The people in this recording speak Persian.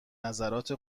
نظرات